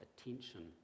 attention